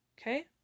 Okay